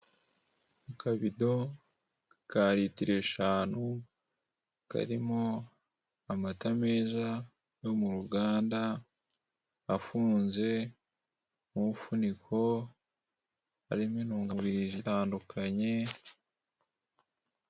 Akabido ka litiro eshanu karimo amata meza yo mu ruganda afunze n'umufuniko harimo intungamubiri zitandukanye.